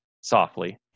softly